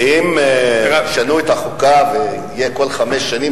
אם ישנו את החוקה ויהיה כל חמש שנים,